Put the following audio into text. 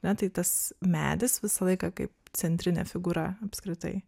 ne tai tas medis visą laiką kaip centrinė figūra apskritai